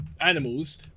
animals